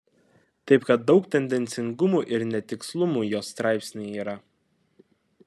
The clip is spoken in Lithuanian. taip kad daug tendencingumų ir netikslumų jos straipsnyje yra